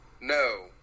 No